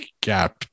gap